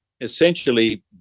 essentially